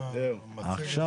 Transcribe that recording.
עכשיו